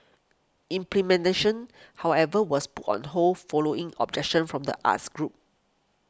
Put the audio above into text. however was put on hold following objection from the arts groups